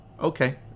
okay